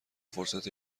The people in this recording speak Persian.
فرصت